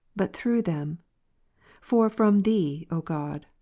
but through them for from thee, o god,